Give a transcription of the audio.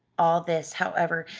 all this, however,